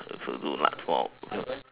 to do like for